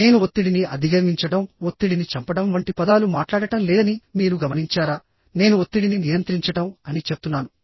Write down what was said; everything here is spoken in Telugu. నేను ఒత్తిడిని అధిగమించడం ఒత్తిడిని చంపడం వంటి పదాలు మాట్లాడటం లేదని మీరు గమనించారా నేను ఒత్తిడిని నియంత్రించడం అని చెప్తున్నాను